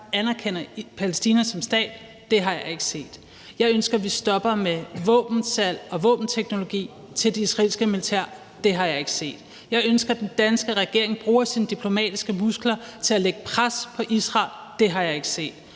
anerkender Palæstina som stat. Det har jeg ikke set. Jeg ønsker, at vi stopper med våbensalg og våbenteknologi til det israelske militær. Det har jeg ikke set. Jeg ønsker, at den danske regering bruger sine diplomatiske muskler til at lægge pres på Israel. Det har jeg ikke set.